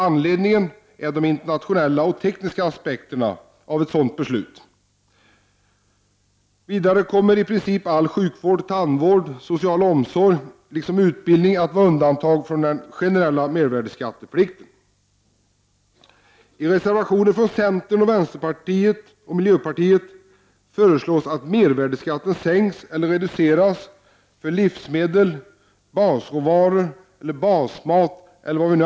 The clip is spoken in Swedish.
Anledningen är de internationella och tekniska aspekterna av ett sådant beslut. Vidare kommer i princip all sjukvård, tandvård och social omsorg liksom utbildning att vara undantagna från den generella mervärdeskatteplikten. I reservationer från centern, vänsterpartiet och miljöpartiet föreslås att mervärdeskatten sänks eller reduceras för livsmedel eller basråvaror.